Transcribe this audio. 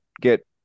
get